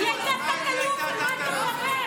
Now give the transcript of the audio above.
עכשיו היא מעודדת סרבנות?